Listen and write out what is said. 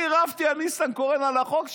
אני רבתי עם ניסנקורן על החוק שלך.